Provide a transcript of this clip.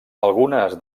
algunes